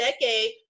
decade